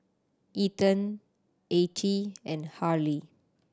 Ethan Attie and Harlie